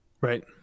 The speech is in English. right